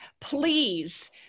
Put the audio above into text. please